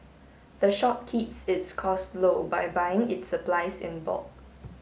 the shop keeps its costs low by buying its supplies in bulk